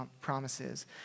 promises